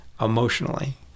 emotionally